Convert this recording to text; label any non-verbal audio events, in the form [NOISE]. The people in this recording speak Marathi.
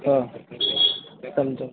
हो [UNINTELLIGIBLE]